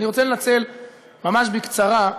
אני רוצה לנצל ממש בקצרה,